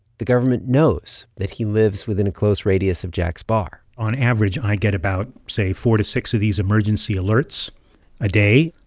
the government knows that he lives within a close radius of jack's bar on average, i get about, say, four to six of these emergency alerts a day.